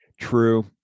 true